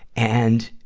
and